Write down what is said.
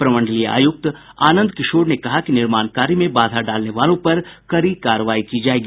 प्रमंडलीय आयुक्त आनंद किशोर ने कहा कि निर्माण कार्य में बाधा डालने वालों पर कड़ी कार्रवाई की जायेगी